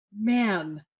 man